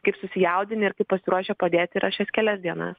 kaip susijaudinę ir kaip pasiruošę padėti yra šias kelias dienas